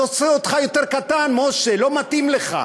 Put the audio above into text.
זה עושה אותך יותר קטן, משה, לא מתאים לך.